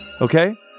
Okay